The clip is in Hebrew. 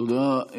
תודה.